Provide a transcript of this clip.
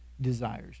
desires